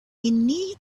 need